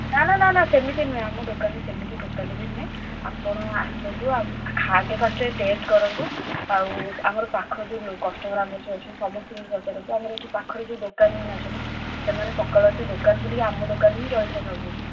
ନା ନା ନା ନା ସେମିତି ନୁହେଁ ଆମ ଦୋକାନରେ ସେମିତି ଟୋଟାଲ୍ ବି ନୁହେଁ ଆପଣ ଆସନ୍ତୁ ଆଗେ ଫାଷ୍ଟରେ ଟେଷ୍ଟ କରନ୍ତୁ ଆଉ ଆମର ପାଖ ଯେଉଁ କଷ୍ଟମର ଆମର ଯେଉଁ ଅଛନ୍ତି ସମସ୍ତଙ୍କୁ ପଚାରନ୍ତୁ ଆମର ଏଠି ପାଖରେ ଯେଉଁ ଦୋକାନ ମାନେ ଅଛନ୍ତି ସେମାନେ ସକାଳୁ ଆସି ଦୋକାନ ଖୋଲି ଆସି ଆମ ଦୋକାନରେ ହିଁ ଜଳଖିଆ ଖାଉଛନ୍ତି